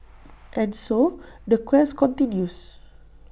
and so the quest continues